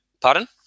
Pardon